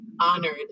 honored